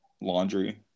laundry